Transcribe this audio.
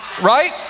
right